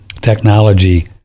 technology